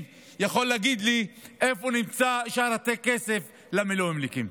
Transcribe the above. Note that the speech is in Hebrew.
יכולים להגיד לי איפה נמצא שאר הכסף למילואימניקים?